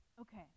okay